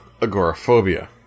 agoraphobia